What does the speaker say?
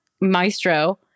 maestro